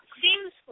seems